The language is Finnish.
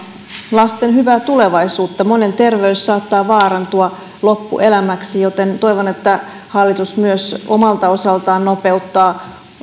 lasten hyvää tulevaisuutta monen terveys saattaa vaarantua loppuelämäksi joten toivon että hallitus myös omalta osaltaan nopeuttaa